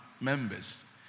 members